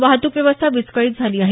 वाहतुक व्यवस्था विस्कळीत झाली आहे